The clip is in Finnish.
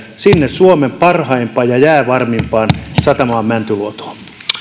sinne suomen parhaimpaan ja jäävarmimpaan satamaan mäntyluotoon